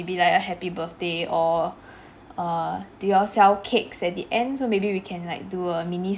~be like a happy birthday or err do you all sell cakes at the end so maybe we can like do a mini c~